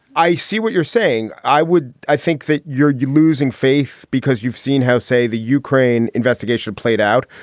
i see what you're saying. i would. i think that you're you're losing faith because you've seen how, say, the ukraine investigation investigation played out.